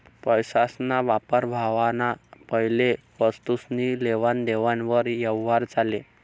पैसासना वापर व्हवाना पैले वस्तुसनी लेवान देवान वर यवहार चाले